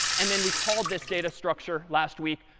and then we called this data structure, last week,